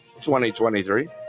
2023